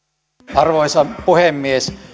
arvoisa puhemies